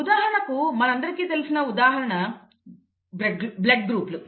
ఉదాహరణకు మనందరికీ తెలిసిన ఉదాహరణ బ్లడ్ గ్రూప్ లు